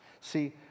See